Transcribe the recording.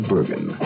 Bergen